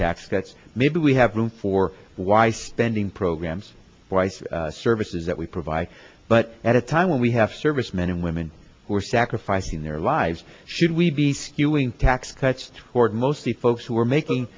tax cuts maybe we have room for why spending programs wice services that we provide but at a time when we have servicemen and women who are sacrificing their lives should we be skewing tax cuts toward mostly folks who are making